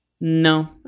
no